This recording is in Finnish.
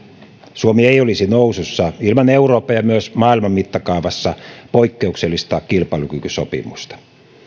suomi ei olisi nousussa ilman euroopan ja myös maailman mittakaavassa poikkeuksellista kilpailukykysopimusta